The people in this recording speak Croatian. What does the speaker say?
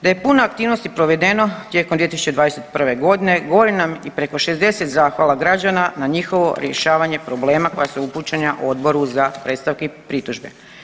Da je puno aktivnosti provedeno tijekom 2021.g. govori nam i preko 60 zahvala građana na njihovo rješavanje problema koja su upućena Odboru za predstavke i pritužbe.